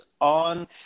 on